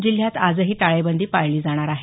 जिल्ह्यात आजही टाळेबंदी पाळली जाणार आहे